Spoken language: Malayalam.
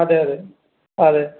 അതെയതെ അതെ